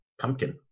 pumpkin